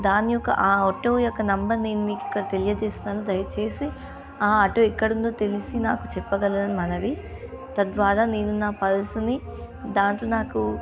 దాని యొక్క ఆ ఆటో యొక్క నంబర్ నేను మీకు ఇక్కడ తెలియజేస్తున్నాను దయచేసి ఆ ఆటో ఎక్కడుందో తెలిసి నాకు చెప్పగలలను మనవి తద్వారా నేను నా పర్సుని దానిలో నాకు